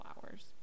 flowers